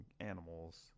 animals